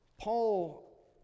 Paul